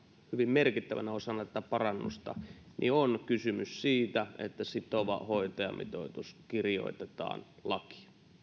merkittävänä osana tätä parannusta on kysymys siitä että sitova hoitajamitoitus kirjoitetaan lakiin